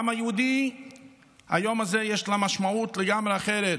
לעם היהודי ליום הזה יש משמעות לגמרי אחרת.